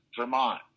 Vermont